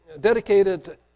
dedicated